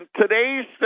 today's